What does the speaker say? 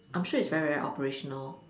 I'm sure it's very very operational